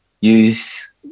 Use